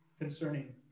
concerning